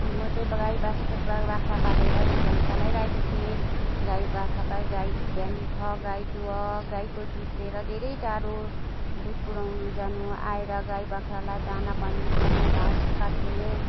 म चाहिँ गाई बस्तु बाख्रा पालेर जीवन चलाइरहेको थिएँ गाई बाख्रा पाइ गाई बिहान उठ गाई दुह गाईको दुध लिएर धेरै टाडो दुध पुऱ्याउनु जानु आएर गाई बाख्रालाई दाना पानी दिनु घाँस काट्नु